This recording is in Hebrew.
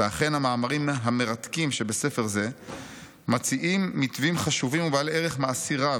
ואכן המאמרים המרתקים שבספר זה מציעים מתווים חשובים ובעלי ערך מעשי רב.